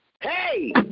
hey